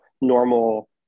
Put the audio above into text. normal